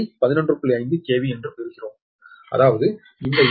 5 KV என்று பெறுகிறோம் அதாவது இந்த ZB313